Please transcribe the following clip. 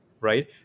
right